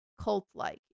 cult-like